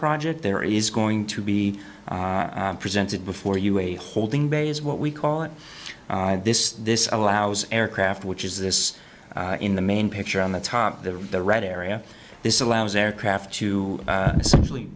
project there is going to be presented before you a holding bay is what we call it this this allows aircraft which is this in the main picture on the top of the right area this allows aircraft to simply